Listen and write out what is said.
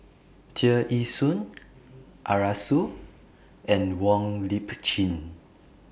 Tear Ee Soon Arasu and Wong Lip Chin